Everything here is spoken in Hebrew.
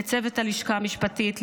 לצוות הלשכה המשפטית,